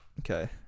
Okay